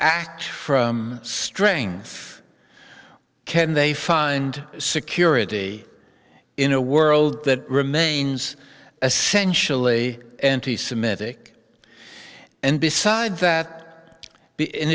act from strength can they find security in a world that remains essentially anti semitic and besides that in